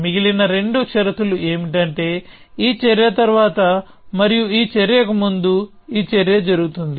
మిగిలిన రెండు షరతులు ఏమిటంటే ఈ చర్య తరువాత మరియు ఈ చర్యకు ముందు ఈ చర్య జరుగుతుంది